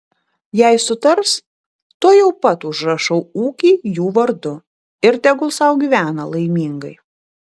jei sutars tuojau pat užrašau ūkį jų vardu ir tegul sau gyvena laimingai